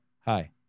hi